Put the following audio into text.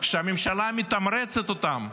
שהממשלה מתמרצת אותם,